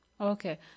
Okay